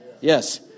Yes